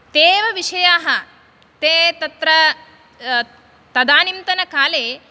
ते एव विषयाः ते तत्र तदानीन्तनकाले